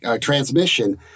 transmission